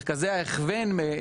מרכזי ההכוון,